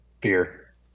Fear